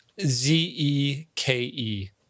Z-E-K-E